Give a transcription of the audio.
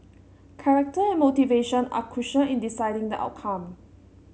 character and motivation are crucial in deciding the outcome